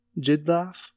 Jidlaf